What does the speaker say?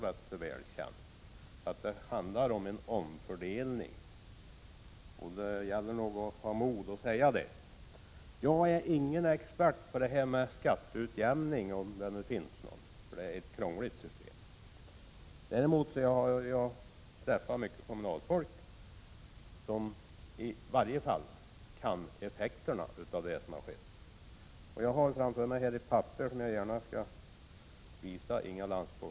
Det måste alltså ske omfördelningar, och det gäller att ha mod att säga det. Jag är inte expert på det nuvarande skatteutjämningssystemet, men jag vet att det är ett krångligt system. Däremot träffar jag mycket kommunalfolk som känner till effekterna av det som har skett. Framför mig har jag en handling med informativa tabeller, som jag gärna skall visa Inga Lantz.